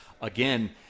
Again